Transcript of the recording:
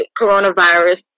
coronavirus